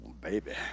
baby